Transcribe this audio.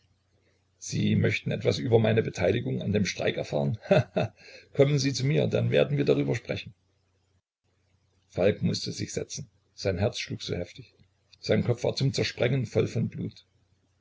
sie möchten etwas über meine beteiligung an dem streik erfahren he he kommen sie zu mir dann werden wir darüber sprechen falk mußte sich setzen sein herz schlug so heftig sein kopf war zum zersprengen voll von blut